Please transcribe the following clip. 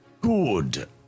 Good